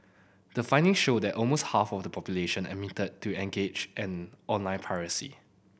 the findings showed that almost half of the population admitted to engaged in online piracy